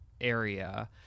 area